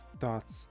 thoughts